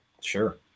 Sure